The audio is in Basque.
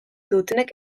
dutenek